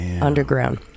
underground